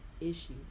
issue